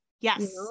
Yes